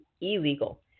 illegal